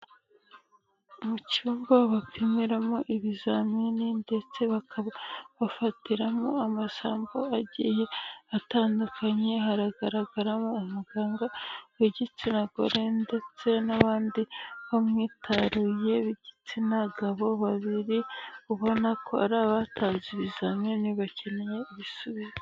Mu cyumba bapimiramo ibizamini ndetse bakaba bafatiramo amasampo agiye atandukanye, haragaragaramo umuganga w'igitsina gore ndetse n'abandi bamwitaruye b'igitsina gabo babiri, ubona ko ari abatanze ibizamini bakeneye ibisubizo.